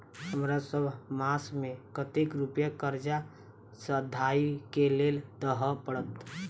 हमरा सब मास मे कतेक रुपया कर्जा सधाबई केँ लेल दइ पड़त?